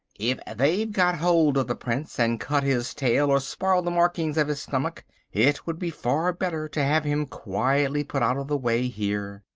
if they've got hold of the prince and cut his tail or spoiled the markings of his stomach it would be far better to have him quietly put out of the way here.